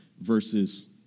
versus